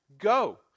Go